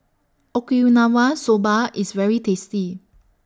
Okinawa Soba IS very tasty